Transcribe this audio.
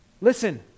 Listen